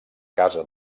casa